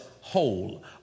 whole